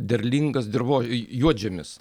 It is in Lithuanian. derlingas dirvo juodžemis